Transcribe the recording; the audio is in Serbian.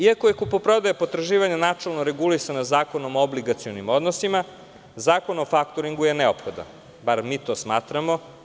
Iako je kupoprodaja potraživanja načelno regulisana Zakonom o obligacionim odnosima, zakon o faktoringu je neophodan, bar mi to smatramo.